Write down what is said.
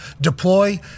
deploy